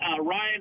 Ryan